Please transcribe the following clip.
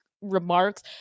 remarks